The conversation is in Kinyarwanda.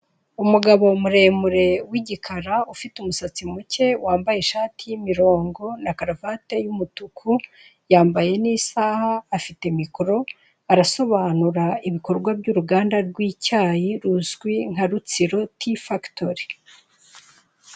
Umugabo muremure wi'igikara ufite umusatsi muke, wambaye ishati y'imirongo na karuvati y'umutuku yambaye n'isaha afite mikoro arasobanura ibikorwa by'uruganda rw'icyayi ruzwi nka Rutsiro ti fagitori.